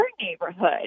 neighborhood